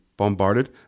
bombarded